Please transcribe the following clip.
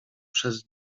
przez